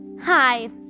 Hi